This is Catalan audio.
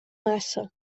massa